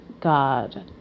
God